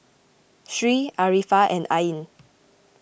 Sri Arifa and Ain